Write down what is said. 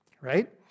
right